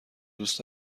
دوست